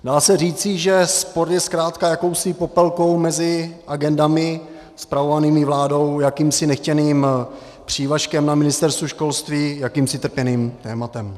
Dá se říci, že sport je zkrátka jakousi popelkou mezi agendami spravovanými vládou, jakýmsi nechtěným přívažkem na Ministerstvu školství, jakýmsi trpěným tématem.